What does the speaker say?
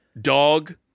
dog